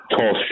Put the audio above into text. tall